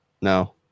no